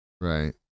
right